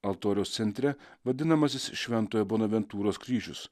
altoriaus centre vadinamasis šventojo bonaventūros kryžius